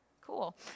cool